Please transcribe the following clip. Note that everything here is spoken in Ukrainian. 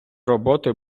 роботи